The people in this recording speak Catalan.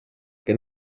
que